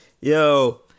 Yo